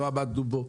ולא עמדנו בו.